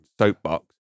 soapbox